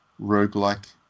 roguelike